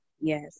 Yes